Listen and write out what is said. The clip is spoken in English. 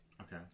Okay